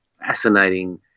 fascinating